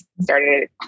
started